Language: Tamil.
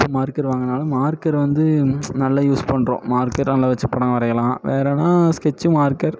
இப்போ மார்க்கர் வாங்குகிறதால மார்க்கர் வந்து நல்லா யூஸ் பண்ணுறோம் மார்க்கர் நல்லா வச்சு படம் வரையலாம் வேறன்னா ஸ்கெட்சி மார்க்கர்